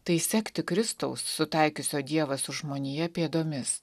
tai sekti kristaus sutaikiusio dievą su žmonija pėdomis